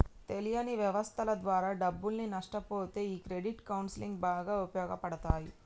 తెలియని వ్యవస్థల ద్వారా డబ్బుల్ని నష్టపొతే ఈ క్రెడిట్ కౌన్సిలింగ్ బాగా ఉపయోగపడతాయి